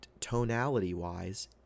tonality-wise